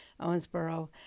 Owensboro